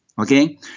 okay